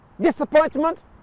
disappointment